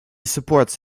supports